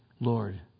lord